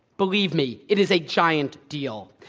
believe me, it is a giant deal.